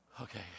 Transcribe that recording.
Okay